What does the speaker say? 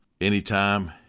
anytime